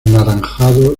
anaranjado